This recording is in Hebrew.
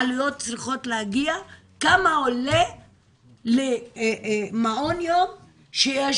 העלויות צריכות להגיע כמה עולה מעון יום שיש